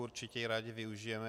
Určitě ji rádi využijeme.